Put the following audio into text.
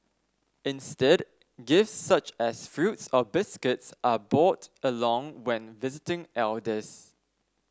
instead gifts such as fruits or biscuits are brought along when visiting elders